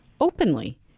openly